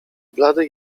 bladych